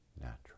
natural